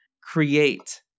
create